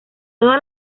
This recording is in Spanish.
toda